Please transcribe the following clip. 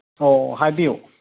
ꯑꯣ ꯍꯥꯏꯕꯤꯌꯨ